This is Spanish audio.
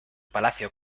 palacio